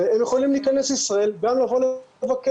הם יכולים להיכנס לישראל וגם לבוא לבקר.